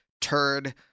turd